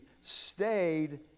stayed